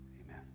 Amen